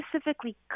specifically